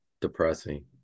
depressing